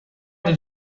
did